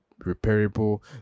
repairable